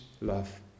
love